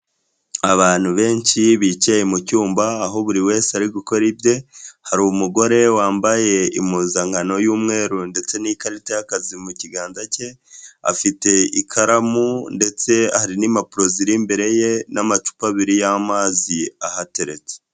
Abantu benshi bicaye mucyumba aho buri wese ari gukora ibye, hari umugore wambaye impuzankano y'umweru ndetse n'ikarita y'akazi mu kiganza cye, afite ikaramu ndetse hari n'impapuro ziri imbere ye n'amacupa abiri y'amazi ahateretse.